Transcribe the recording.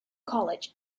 college